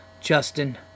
Justin